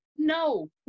No